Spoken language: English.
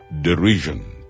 derision